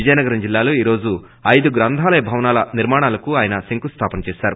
విజయనగరం జిల్లాలో ఈరోజు ఐదు గ్రంథాలయ భవనాల నిర్మాణాలకు ఆయన శంకుస్లాపన చేశారు